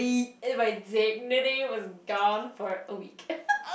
if my dignity was gone for a week